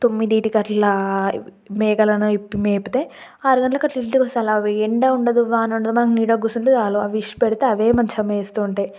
తొమ్మిదిటికట్లా మేకలను ఇప్పి మేపితే ఆరు గంట్ల కట్ల ఇంటికొస్తాయ్ అలా ఎండా ఉండదు వాన ఉండదు మనం నీడకు కూచుంటే చాలు అవి ఇషిపెడితే అవే మంచిగ మేస్తూ ఉంటాయ్